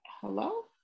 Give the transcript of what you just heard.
Hello